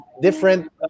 different